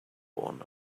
and